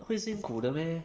会辛苦的 meh